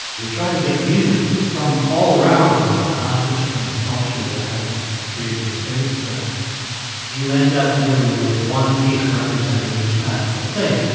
we tried to get music from all around the world, not just from the culture that had created the spacecraft you end up really with one piece representing each kind of thing.